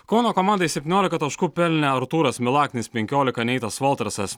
kauno komandai septyniolika taškų pelnė artūras milaknis penkiolika neitas voltrasas